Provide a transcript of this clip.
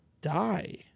die